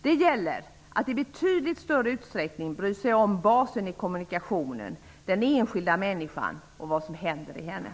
Det gäller att i betydligt större utsträckning bry sig om basen i kommunikationen, den enskilda människan, och vad som händer i henne.